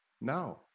now